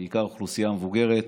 בעיקר אוכלוסייה מבוגרת,